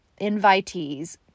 invitees